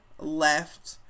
left